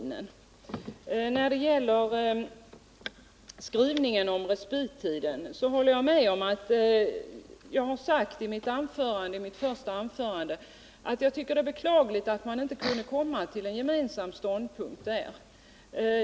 När det gäller utskottets skrivning om respittiden för Sölvesborgsvarvet sade jag i mitt första anförande att det är beklagligt att vi inte kunde komma till en gemensam ståndpunkt.